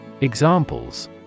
Examples